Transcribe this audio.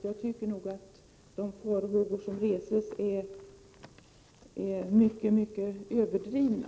Jag tycker därför att farhågorna är mycket överdrivna.